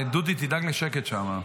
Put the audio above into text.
דודי, תדאג לשקט שם.